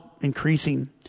increasing